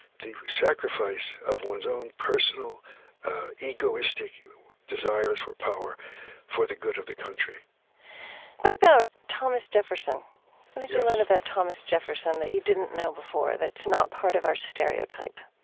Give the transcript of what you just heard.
the sacrifice of one's own personal egoistic desires for power for the good of the country what about thomas jefferson? what did you learn about thomas jefferson that you didn't know before, that's not part of our stereotype?